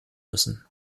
müssen